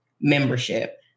membership